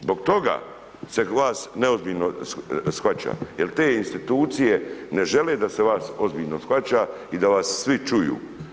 Zbog toga se glas neozbiljno shvaća, jer te institucije ne žele da se vas ozbiljno shvaća i da vas svi čuju.